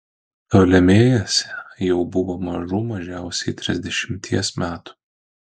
ptolemėjas jau buvo mažų mažiausiai trisdešimties metų